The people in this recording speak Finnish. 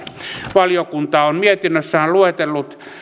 valiokunta on mietinnössään luetellut